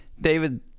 David